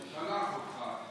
שלח אותך,